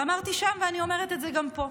אמרתי שם ואני אומרת את זה גם פה: